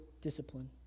discipline